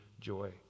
joy